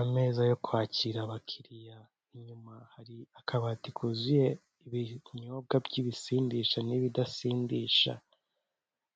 Ameza yo kwakira abakiriya inyuma hari akabati kuzuye ibinyobwa by'ibisindisha n'ibidasindisha